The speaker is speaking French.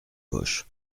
poche